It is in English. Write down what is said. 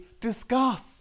discuss